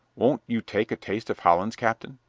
won't you take a taste of hollands, captain?